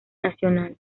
nacional